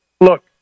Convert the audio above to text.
look